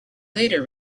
later